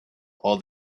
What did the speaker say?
all